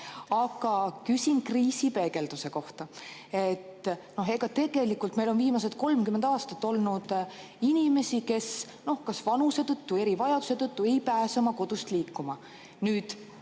Aga küsin kriisi peegelduse kohta. Tegelikult on meil viimased 30 aastat olnud inimesi, kes kas vanuse tõttu või erivajaduse tõttu ei pääse oma kodust liikuma.